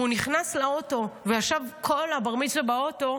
נכנס לאוטו וישב כל הבר מצווה באוטו,